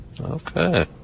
Okay